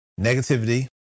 negativity